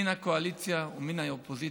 מן הקואליציה ומן האופוזיציה,